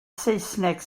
saesneg